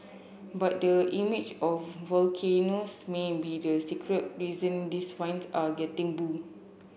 but the image of volcanoes may be the secret reason these wines are getting bu